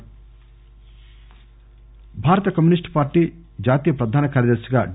CPI భారత communist party జాతీయ ప్రధాన కార్యదర్శిగా డి